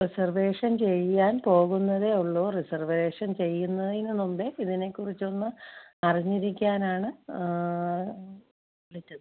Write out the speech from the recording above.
reservation ചെയ്യാൻ പോകുന്നതേ ഉള്ളു റിസർവേഷൻ ചെയ്യുന്നതിന് മുമ്പെ ഇതിനെക്കുറിച്ചൊന്ന് അറിഞ്ഞിരിക്കാനാണ് വിളിച്ചത്